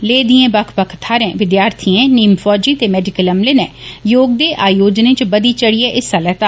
लेह दिए बक्ख थाहरें विद्यार्थिए नीम फौजी ते मेडिकल अमले नै योग दे आयोजनें च बदी चढ़ियै हिस्सा लैता